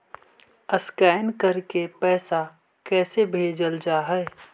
Scan करके पैसा कैसे भेजल जा हइ?